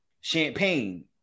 champagne